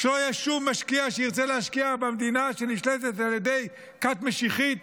שלא יהיה שום משקיע שירצה להשקיע במדינה שנשלטת על ידי כת משיחית?